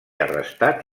arrestat